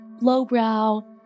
lowbrow